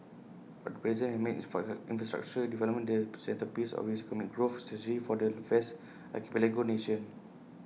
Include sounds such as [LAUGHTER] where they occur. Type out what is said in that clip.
but the president has made [UNINTELLIGIBLE] infrastructure development the [UNINTELLIGIBLE] centrepiece of his economic growth strategy for the vast archipelago nation